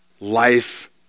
life